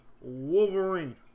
Wolverine